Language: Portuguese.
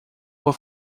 por